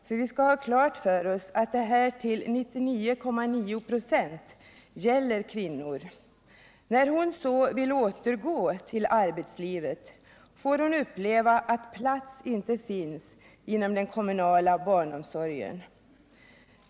för vi skall ha klart för oss att det här till 99,9 96 gäller kvinnor — vill återgå till arbetslivet, får hon uppleva att plats inte finns inom den kommunala barnomsorgen.